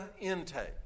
intake